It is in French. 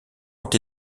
ont